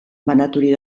banaturik